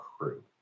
crew